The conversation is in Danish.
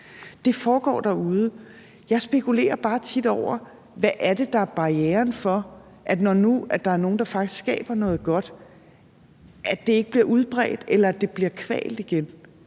Det foregår derude. Jeg spekulerer bare tit på, hvad det er, der er barrieren for, at det, når der nu er nogle, der faktisk skaber noget godt, ikke bliver udbredt, eller at det bliver kvalt igen.